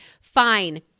fine